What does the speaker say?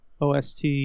OST